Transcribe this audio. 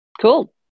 Cool